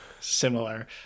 similar